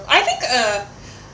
I think uh